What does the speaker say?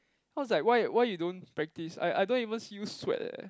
cause like why why you don't practice I I don't even see you sweat eh